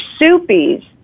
soupies